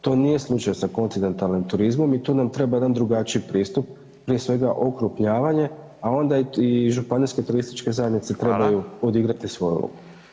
To nije slučaj sa kontinentalnim turizmom i tu nam treba jedan drugačiji pristup, prije svega okrupnjavanje, a onda i županijske turističke zajednice [[Upadica: Fala]] trebaju odigrati svoju ulogu.